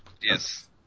Yes